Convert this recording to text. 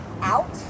out